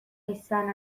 izan